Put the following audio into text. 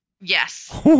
Yes